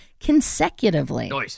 consecutively